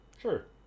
Sure